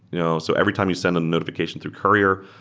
you know so every time you send a notifi cation through courier,